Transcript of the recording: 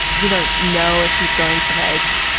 you don't know if he's going to like.